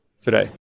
today